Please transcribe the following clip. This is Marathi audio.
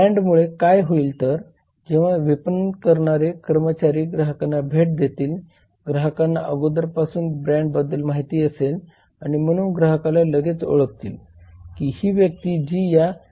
ब्रॅंडमुळे काय होईल तर जेव्हा विपणन करणारे कर्मचारी ग्राहकांना भेट देतील ग्राहकांना अगोदरपासूनच ब्रँड बद्दल माहिती असेल आणि म्हणून ग्राहक लगेच ओळखतील की ही व्यक्ती जी या ब्रँडचे प्रतिनिधित्व करत आहे ती व्यक्ती कोण आहे व ग्राहकांना त्या विशिष्ट कंपनीकडून व त्या ब्रँडकडून काही तरी खरेदी करण्यास आवडेल